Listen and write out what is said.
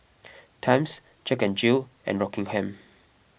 Times Jack N Jill and Rockingham